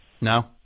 No